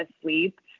asleep